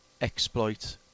exploit